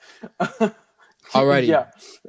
Alrighty